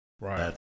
Right